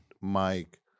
Mike